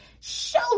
Show